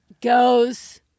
goes